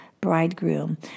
bridegroom